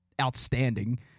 outstanding